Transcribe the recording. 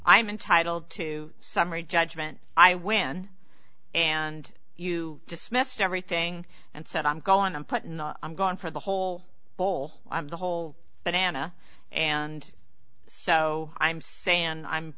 i'm entitled to summary judgment i win and you dismissed everything and said i'm going to put in the i'm gone for the whole bowl i'm the whole but anna and so i'm saying i'm